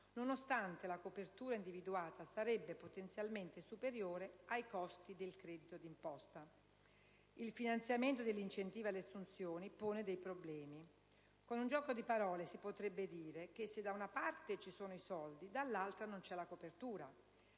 nonostante la copertura individuata sarebbe potenzialmente superiore ai costi del credito d'imposta. Il finanziamento dell'incentivo alle assunzioni pone dei problemi. Con un gioco di parole si potrebbe dire che se da una parte ci sono i soldi, dall'altra non c'è la copertura;